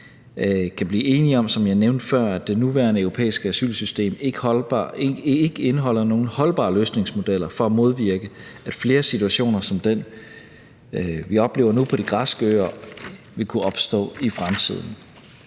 kan blive enige om, som jeg nævnte før, at det nuværende europæiske asylsystem ikke indeholder nogen holdbare løsningsmodeller for at modvirke, at flere situationer som den, vi oplever nu på de græske øer, vil kunne opstå i fremtiden.